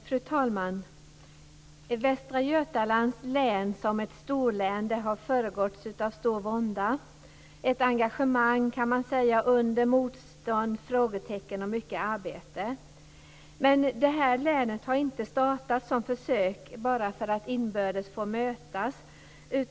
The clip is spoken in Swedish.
Fru talman! Västra Götalands län som storlän har föregåtts av stor vånda, ett engagemang under motstånd, frågetecken och mycket arbete, kan man säga. Men länet har inte startats som försök bara för att inbördes få mötas.